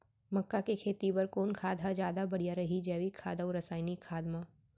मक्का के खेती बर कोन खाद ह जादा बढ़िया रही, जैविक खाद अऊ रसायनिक खाद मा?